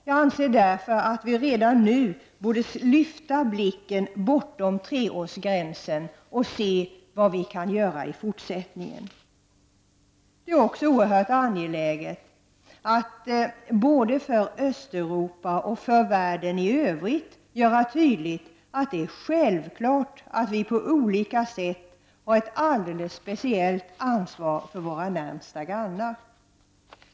Jag anser därför att vi redan nu borde lyfta blicken bortom treårsgränsen och se vad vi kan göra i fortsättningen. Det är också oerhört angeläget att både för Östeuropa och för världen i Övrigt göra tydligt att det är självklart att vi på olika sätt har ett alldeles speciellt ansvar för våra närmaste grannar.